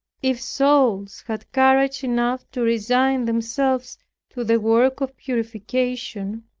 if souls had courage enough to resign themselves to the work of purification,